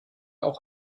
auch